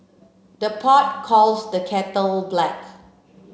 the pot calls the kettle black